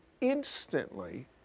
instantly